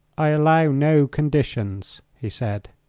i allow no conditions, he said.